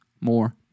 more